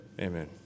Amen